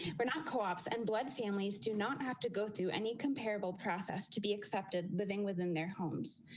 we're not co ops and blood families do not have to go through any comparable process to be accepted living within their homes.